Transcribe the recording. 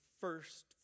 first